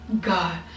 God